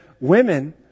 women